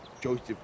Joseph